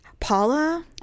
Paula